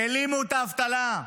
העלימו את האבטלה,